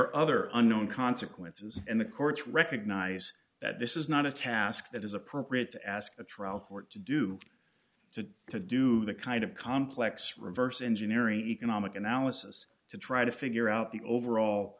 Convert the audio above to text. are other unknown consequences and the courts recognize that this is not a task that is appropriate to ask the trial court to do to to do the kind of complex reverse engineering economic analysis to try to figure out the overall